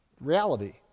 reality